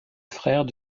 frère